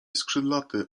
skrzydlaty